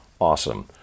Awesome